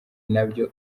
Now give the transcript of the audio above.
nabyo